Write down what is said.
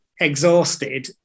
exhausted